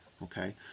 Okay